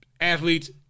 Athletes